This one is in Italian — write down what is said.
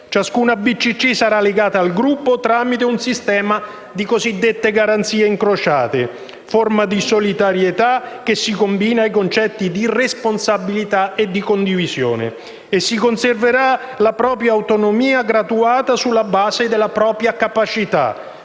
cooperativo sarà legata al gruppo tramite un sistema di cosiddette garanzie incrociate (forma di solidarietà che si combina ai concetti di responsabilità e di condivisione). Si conserverà la propria autonomia graduata sulla base della propria capacità.